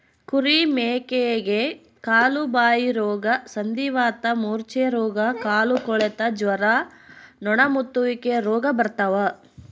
ಕುರಿ ಮೇಕೆಗೆ ಕಾಲುಬಾಯಿರೋಗ ಸಂಧಿವಾತ ಮೂರ್ಛೆರೋಗ ಕಾಲುಕೊಳೆತ ಜ್ವರ ನೊಣಮುತ್ತುವಿಕೆ ರೋಗ ಬರ್ತಾವ